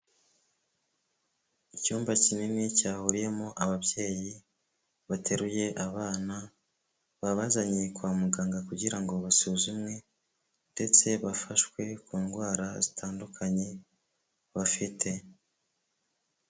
Icyumba kinini cyahuriyemo ababyeyi bateruye abana, babazanye kwa muganga kugira ngo basuzumwe ndetse bafashwe ku ndwara zitandukanye bafite.